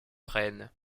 rennes